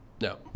No